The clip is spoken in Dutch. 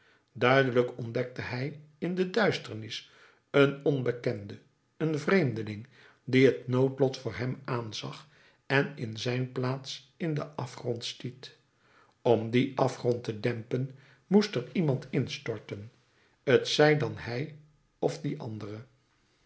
duidelijk ontdekte hij in de duisternis een onbekende een vreemdeling dien het noodlot voor hem aanzag en in zijn plaats in den afgrond stiet om dien afgrond te dempen moest er iemand in storten t zij dan hij of die andere